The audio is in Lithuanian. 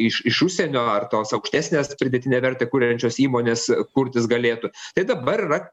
iš iš užsienio ar tos aukštesnės pridėtinę vertę kuriančios įmonės kurtis galėtų tai dabar yra